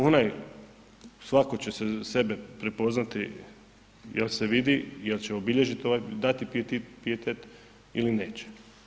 Onaj svako će sebe prepoznati jel se vidi jel će obilježit i dati pijetet ili neće.